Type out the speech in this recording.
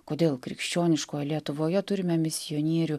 kodėl krikščioniškoj lietuvoje turime misionierių